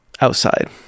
outside